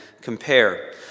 compare